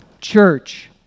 Church